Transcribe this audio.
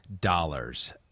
dollars